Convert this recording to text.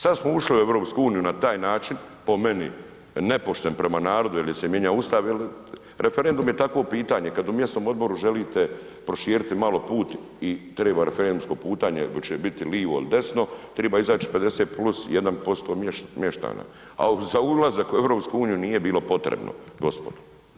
Sad smo ušli u EU na taj način, po meni nepošten prema narodu jer se mijenjao Ustav, referendum je takvo pitanje, kad u mjesnom odboru želite proširit malo put i treba referendumsko pitanje koje će biti lijevo i li desno, treba izaći 50+1% mještana a za ulazak u EU nije bilo potrebno, gospodo.